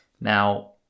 Now